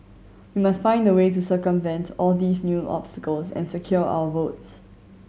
we must find a way to circumvent all these new obstacles and secure our votes